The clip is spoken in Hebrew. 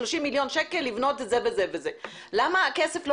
30 מיליון שקל לבנות כך וכך למה הכסף לא